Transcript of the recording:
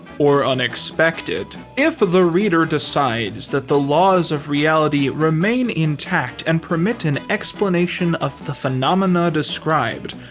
or unexpected. if the reader decides that the laws of reality remain intact and permit an explanation of the phenomena described,